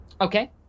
Okay